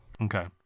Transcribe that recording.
Okay